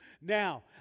Now